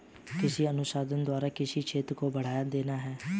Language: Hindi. कृषि अनुसंधान द्वारा कृषि क्षेत्र को बढ़ावा देना है